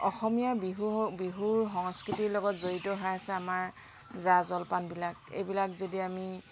অসমীয়া বিহুৰ বিহুৰ সংস্কৃতিৰ লগত জড়িত হৈ আছে আমাৰ জা জলপানবিলাক এইবিলাক যদি আমি